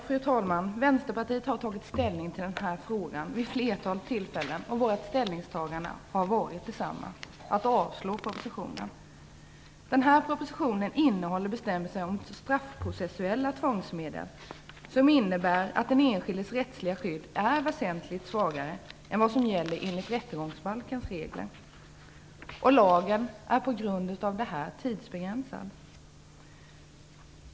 Fru talman! Vänsterpartiet har tagit ställning till denna fråga vid ett flertal tillfällen. Vårt ställningstagande har varit detsamma, nämligen att avslå propositionen. Propositionen behandlar bestämmelser om straffprocessuella tvångsmedel som innebär att den enskildes rättsliga skydd blir väsentligt svagare än vad som gäller enligt Rättegångsbalkens regler. Lagen är på grund av detta tidsbegränsad.